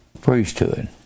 Priesthood